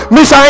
Miss